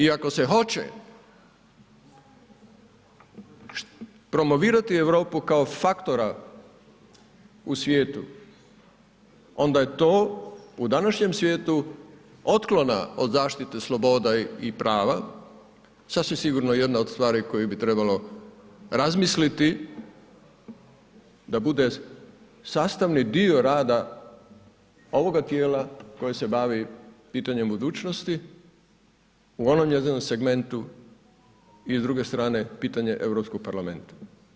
I ako se hoće promovirati Europa kao faktora u svijetu, onda je to u današnjem svijetu otklona od zaštite sloboda i prava, sasvim sigurno jedna od stvari koje bi trebalo razmisliti da bude sastavni dio rada ovoga tijela koje se bavi pitanjem budućnosti u onom njezinom segmentu i s druge strane, pitanje EU parlamenta.